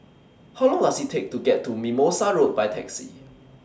How Long Does IT Take to get to Mimosa Road By Taxi